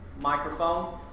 microphone